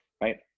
Right